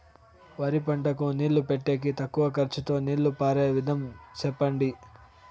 వరి పంటకు నీళ్లు పెట్టేకి తక్కువ ఖర్చుతో నీళ్లు పారే విధం చెప్పండి?